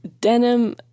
Denim